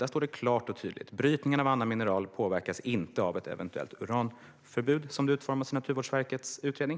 Där står det klart och tydligt att brytningen av andra mineraler inte påverkas av ett eventuellt uranförbud så som det utformas i Naturvårdsverkets utredning.